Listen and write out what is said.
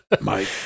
Mike